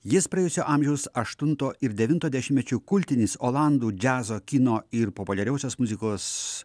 jis praėjusio amžiaus aštunto ir devinto dešimtmečių kultinis olandų džiazo kino ir populiariosios muzikos